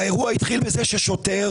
האירוע התחיל בזה ששוטר